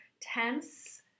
Tense